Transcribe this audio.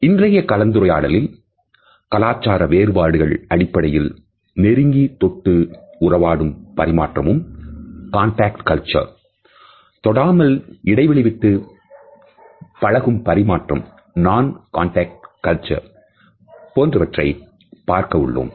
இன்றைய கலந்துரையாடலில் கலாச்சார வேறுபாடுகள் அடிப்படையில் நெருங்கி தொட்டு உறவாடும் பரிமாற்றமும் தொடாமல் இடைவெளிவிட்டு பழகும்பரிமாற்றம் போன்றவற்றை பார்க்க உள்ளோம்